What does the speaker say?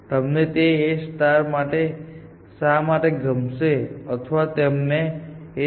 તમને તે A માટે શા માટે ગમશે અથવા તમને આ A ક્યારે ગમશે